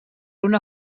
una